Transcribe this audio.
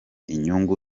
inyungu